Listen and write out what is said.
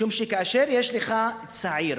משום שכאשר יש צעיר